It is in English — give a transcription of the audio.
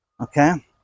okay